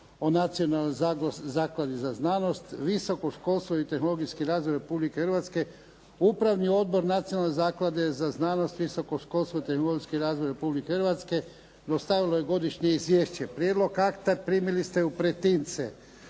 Nacionalne zaklade za znanost, visoko školstvo i tehnologijski razvoj Republike Hrvatske. Podnositelj je Nacionalna zaklada za znanost, visoko školstvo i tehnologijski razvoj Republike hrvatske. Rasprava je zaključena. Dajem na glasovanje